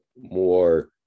more